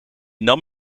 nam